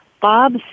Bob